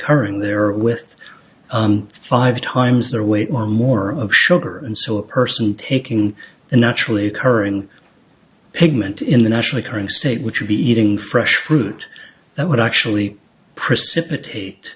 occurring there or with five times their weight or more of sugar and so a person taking a naturally occurring pigment in the national current state which would be eating fresh fruit that would actually precipitate